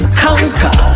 conquer